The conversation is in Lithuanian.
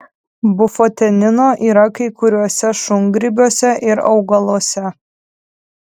bufotenino yra kai kuriuose šungrybiuose ir augaluose